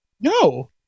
No